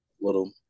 little